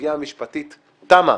- הסוגיה המשפטית תמה,